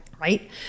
Right